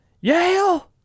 Yale